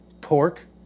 pork